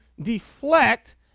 deflect